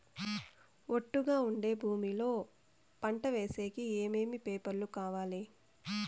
ఒట్టుగా ఉండే భూమి లో పంట వేసేకి ఏమేమి పేపర్లు కావాలి?